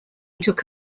took